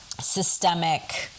systemic